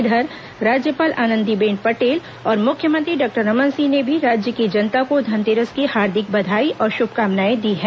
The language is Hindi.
इधर राज्यपाल आनंदीबेन पटेल और मुख्यमंत्री डॉक्टर रमन सिंह ने भी राज्य की जनता को धनतेरस की हार्दिक बधाई और शुभकामनाएं दी हैं